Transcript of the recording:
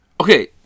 Okay